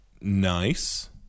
Nice